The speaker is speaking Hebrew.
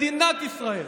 מדינת ישראל,